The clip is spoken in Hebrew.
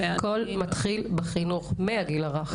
הכול מתחיל בחינוך, מהגיל הרך.